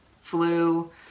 flu